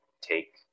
take